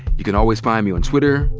you can always find me on twitter.